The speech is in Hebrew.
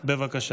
שנתיים בלבד,